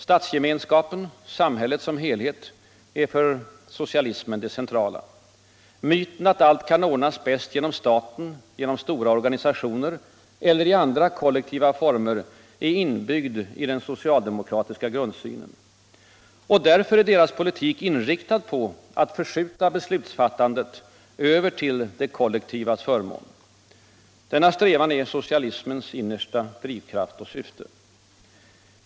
Statsgemenskapen, samhället som helhet, är för socialismen det centrala. Myten att allt kan ordnas bäst genom staten, genom stora organisationer eller i andra kollektiva former, är inbyggd i den socialdemokratiska grundsynen. Och därför är socialdemokraternas politik inriktad på att ständigt förskjuta beslutsfattandet över till det kollektivas förmån. Denna strävan är socialismens innersta drivkraft och syfte.